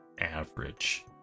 average